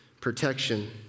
protection